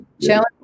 challenge